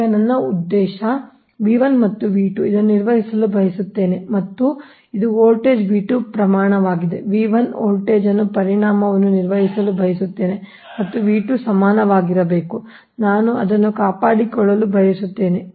ಈಗ ನನ್ನ ಉದ್ದೇಶ ನಾನು ಮತ್ತು ಇದನ್ನು ನಿರ್ವಹಿಸಲು ಬಯಸುತ್ತೇನೆ ಮತ್ತು ಇದು ವೋಲ್ಟೇಜ್ ಪ್ರಮಾಣವಾಗಿದೆ ವೋಲ್ಟೇಜ್ ಪರಿಮಾಣವನ್ನು ನಿರ್ವಹಿಸಲು ಬಯಸುತ್ತೇನೆ ಅದು ಸಮಾನವಾಗಿರಬೇಕು ನಾನು ಅದನ್ನು ಕಾಪಾಡಿಕೊಳ್ಳಲು ಬಯಸುತ್ತೇನೆ